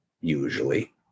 usually